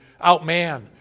outman